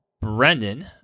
Brendan